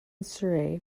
surrey